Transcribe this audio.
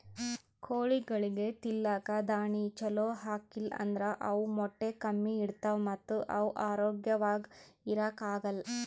ಕೋಳಿಗೊಳಿಗ್ ತಿಲ್ಲಕ್ ದಾಣಿ ಛಲೋ ಹಾಕಿಲ್ ಅಂದ್ರ ಅವ್ ಮೊಟ್ಟೆ ಕಮ್ಮಿ ಇಡ್ತಾವ ಮತ್ತ್ ಅವ್ ಆರೋಗ್ಯವಾಗ್ ಇರಾಕ್ ಆಗಲ್